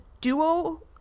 duo-